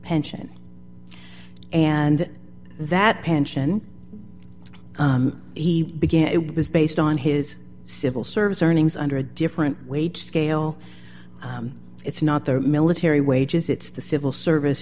pension and that pension he began it was based on his civil service earnings under a different wage scale it's not the military wages it's the civil service